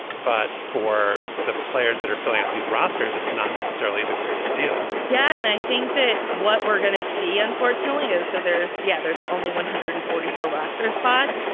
but for the players that are filling out these rosters, it's not necessarily the greatest deal yeah. and i think that what we're going to see, unfortunately, is so there's yeah, there's only one hundred and forty four roster spots.